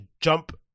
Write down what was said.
jump